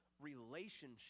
relationship